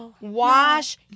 wash